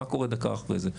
מה קורה דקה אחרי זה?